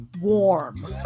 Warm